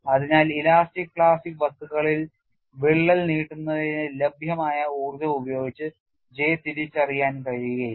അതിനാൽ elastic plastic വസ്തുക്കളിൽ വിള്ളൽ നീട്ടുന്നതിന് ലഭ്യമായ ഊർജം ഉപയോഗിച്ച് J തിരിച്ചറിയാൻ കഴിയില്ല